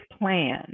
plan